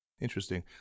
Interesting